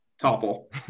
topple